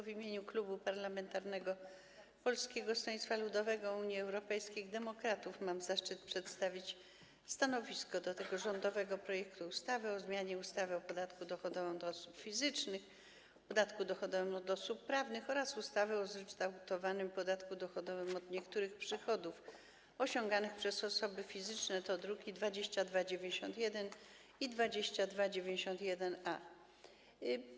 W imieniu Klubu Poselskiego Polskiego Stronnictwa Ludowego - Unii Europejskich Demokratów mam zaszczyt przedstawić stanowisko wobec rządowego projektu ustawy o zmianie ustawy o podatku dochodowym od osób fizycznych, ustawy o podatku dochodowym od osób prawnych oraz ustawy o zryczałtowanym podatku dochodowym od niektórych przychodów osiąganych przez osoby fizyczne, druki nr 2291 i 2291-A.